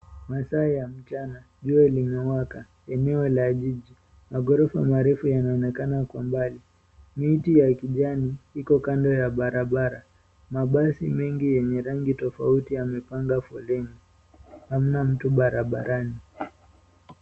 Masaa ya mchana jua limewaka eneo la jiji, maghorofa marefu yanaonekana kwa mbali, miti ya kijani iko kando ya barabara. Mabasi mengi yenye rangi ya tofauti yamepanga foleni. Hamna mtu barabarani.